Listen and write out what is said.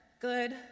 good